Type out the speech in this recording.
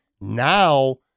Now